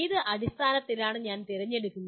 ഏത് അടിസ്ഥാനത്തിലാണ് ഞാൻ തിരഞ്ഞെടുക്കുന്നത്